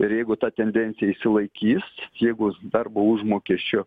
ir jeigu ta tendencija išsilaikys jeigu darbo užmokesčio